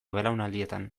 belaunaldietan